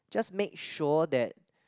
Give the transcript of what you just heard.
just make sure that